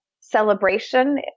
celebration